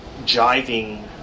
jiving